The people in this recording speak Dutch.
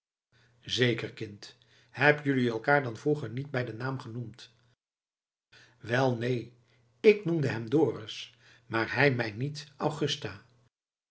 zeker kind heb jelui elkaar dan vroeger niet bij den naam genoemd wel neen ik noemde hem dorus maar hij mij niet